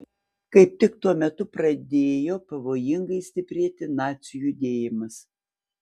kaip tik tuo metu pradėjo pavojingai stiprėti nacių judėjimas